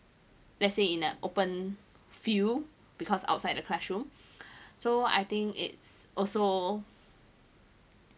let's say in a open field because outside the classroom so I think it's also